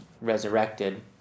resurrected